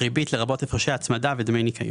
"ריבית" - לרבות הפרשי הצמדה ודמי ניכיון.